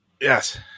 Yes